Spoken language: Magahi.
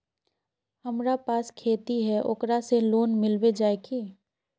हमरा पास खेती है ओकरा से लोन मिलबे जाए की?